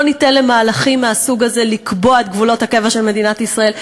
ניתן למהלכים מהסוג הזה לקבוע את גבולות הקבע של מדינת ישראל.